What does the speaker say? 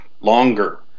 longer